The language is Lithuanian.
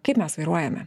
kaip mes vairuojame